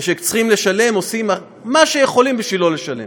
וכשצריכים לשלם עושים מה שיכולים בשביל לא לשלם,